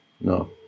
no